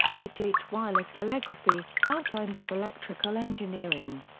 h. h. wireless telegraphy, outlines of electrical engineering.